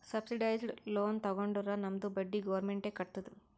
subsidised loan ತಗೊಂಡುರ್ ನಮ್ದು ಬಡ್ಡಿ ಗೌರ್ಮೆಂಟ್ ಎ ಕಟ್ಟತ್ತುದ್